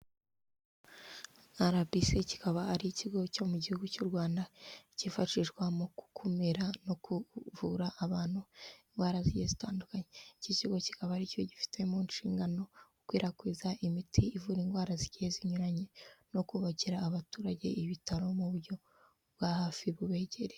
RBC kikaba ari ikigo cyo mu gihugu cy'u Rwanda cyifashishwa mu gukumira no kuvura abantu indwara zitandukanye, iki kigo kikaba aricyo gifite mu nshingano gukwirakwiza imiti ivura indwara zigiye zinyuranye no kubakira abaturage ibitaro mu buryo bwa hafi bubegereye.